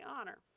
honor